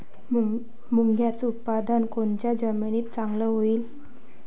मुंगाचं उत्पादन कोनच्या जमीनीत चांगलं होईन?